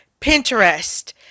Pinterest